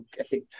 Okay